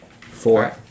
Four